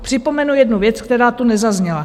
Připomenu jednu věc, která tu nezazněla.